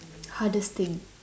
hardest thing